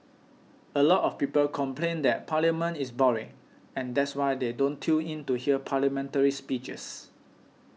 a lot of people complain that Parliament is boring and that's why they don't tune in to hear Parliamentary speeches